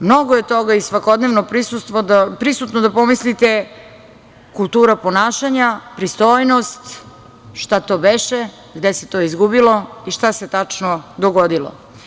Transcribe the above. Mnogo je toga i svakodnevno prisutno da pomislite kultura ponašanja, pristojnost, šta to beše, gde se to izgubilo i šta se tačno dogodilo.